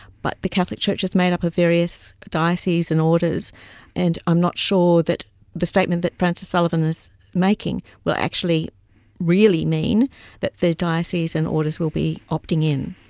but the catholic church is made up of various dioceses and orders and i'm not sure that the statement that francis sullivan is making will actually really mean that the dioceses and orders will be opting in.